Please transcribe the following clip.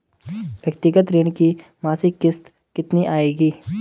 व्यक्तिगत ऋण की मासिक किश्त कितनी आएगी?